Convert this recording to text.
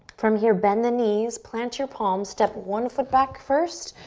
from here, bend the knees, plant your palms, step one foot back first,